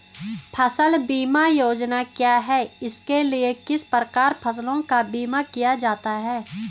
फ़सल बीमा योजना क्या है इसके लिए किस प्रकार फसलों का बीमा किया जाता है?